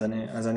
אז אני אסביר.